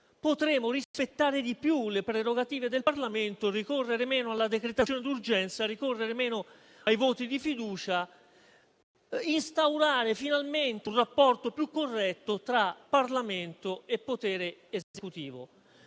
potremo rispettare di più le prerogative del Parlamento, ricorrere meno alla decretazione d'urgenza, ricorrere meno ai voti di fiducia, instaurare finalmente un rapporto più corretto tra Parlamento e potere esecutivo.